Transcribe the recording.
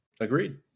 Agreed